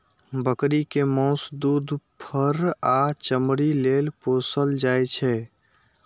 बकरी कें माउस, दूध, फर आ चमड़ी लेल पोसल जाइ छै